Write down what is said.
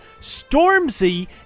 Stormzy